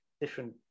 different